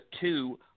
two